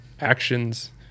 actions